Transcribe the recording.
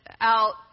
out